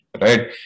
Right